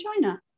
China